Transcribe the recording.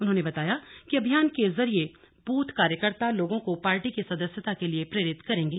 उन्होंने बताया कि अभियान के जरिये बूथ कार्यकर्ता लोगों को पार्टी की सदस्यता के लिए प्रेरित करेंगे